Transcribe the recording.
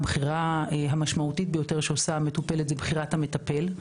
הבחירה המשמעותית ביותר שעושה המטופלת היא בחירת המטפל.